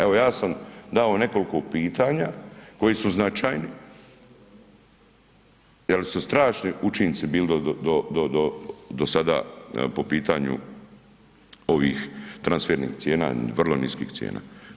Evo, ja sam dao nekoliko pitanja koji su značajni, jer su strašni učinci bili do sada po pitanju ovih transfernih cijena, vrlo niskih cijena.